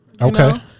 Okay